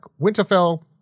Winterfell